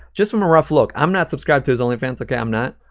just from a rough look, i'm not subscribed to his onlyfans, okay? i'm not.